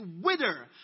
wither